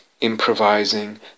improvising